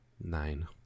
Nine